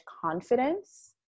confidence